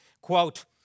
Quote